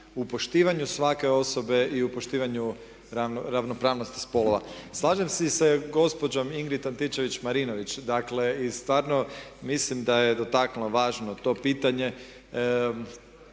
u poštivanju svake osobe i u poštivanju ravnopravnosti spolova. Slažem se i sa gospođom Ingrid Antičević Marinović, dakle i stvarno mislim da je dotaknula važno to pitanje.